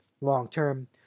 long-term